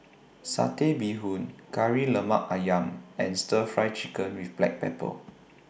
Satay Bee Hoon Kari Lemak Ayam and Stir Fry Chicken with Black Pepper